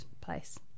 place